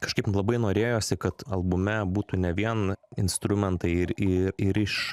kažkaip labai norėjosi kad albume būtų ne vien instrumentai ir ir ir iš